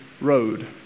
road